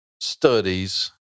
studies